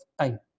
time